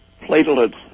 platelets